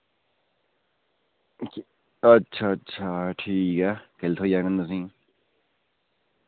अच्छा अच्छा ठीक ऐ किल्ल थ्होई जाङन तुसेंगी